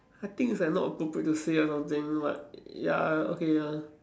I think it's like not appropriate to say or something but ya okay ya